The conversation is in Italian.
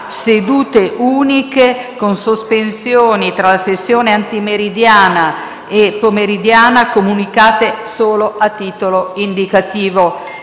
sedute uniche, con sospensioni tra la sessione antimeridiana e quella pomeridiana, comunicate solo a titolo indicativo.